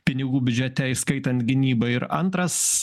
pinigų biudžete įskaitant gynybą ir antras